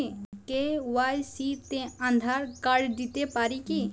KYC তে Aadhaar card দিতে পারি কি?